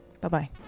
Bye-bye